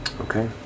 Okay